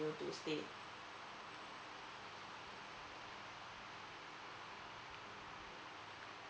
to stay